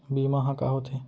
बीमा ह का होथे?